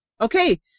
Okay